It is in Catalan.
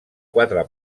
quatre